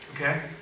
Okay